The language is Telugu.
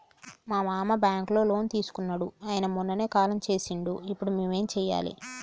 మా మామ బ్యాంక్ లో లోన్ తీసుకున్నడు అయిన మొన్ననే కాలం చేసిండు ఇప్పుడు మేం ఏం చేయాలి?